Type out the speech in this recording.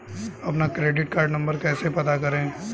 अपना credit card number कैसे पता करें?